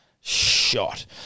shot